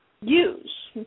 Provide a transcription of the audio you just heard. use